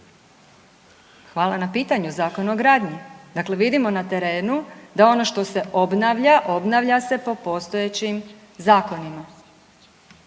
Hvala na pitanju, Zakon o gradnji. Dakle, vidimo na terenu da ono što se obnavlja, obnavlja se po postojećim zakonima.